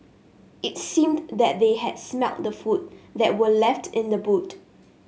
it seemed that they had smelt the food that were left in the boot